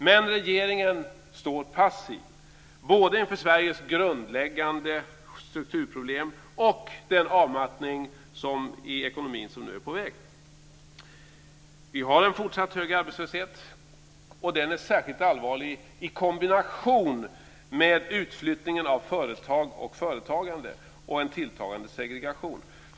Men regeringen står passiv både inför Sveriges grundläggande strukturproblem och den avmattning i ekonomin som nu är på väg. Vi har en fortsatt hög arbetslöshet. Den är särskilt allvarlig i kombination med utflyttningen av företag och företagande och en tilltagande segregation.